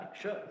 Sure